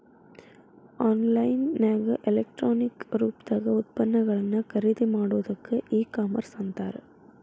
on line ನ್ಯಾಗ electronic ರೂಪ್ದಾಗ್ ಉತ್ಪನ್ನಗಳನ್ನ ಖರಿದಿಮಾಡೊದಕ್ಕ ಇ ಕಾಮರ್ಸ್ ಅಂತಾರ